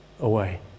away